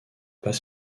pas